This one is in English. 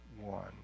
one